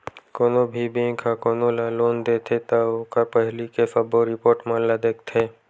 कोनो भी बेंक ह कोनो ल लोन देथे त ओखर पहिली के सबो रिपोट मन ल देखथे